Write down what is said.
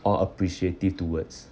or appreciative towards